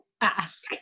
ask